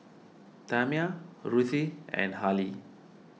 Tamia Ruthie and Harlie